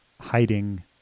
hiding